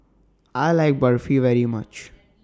I like Barfi very much